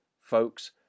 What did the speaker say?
folks